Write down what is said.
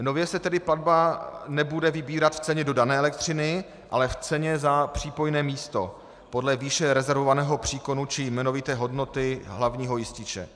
Nově se tedy platba nebude vybírat v ceně dodané elektřiny, ale v ceně za přípojné místo podle výše rezervovaného příkonu či jmenovité hodnoty hlavního jističe.